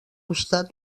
costat